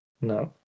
No